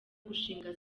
gushinga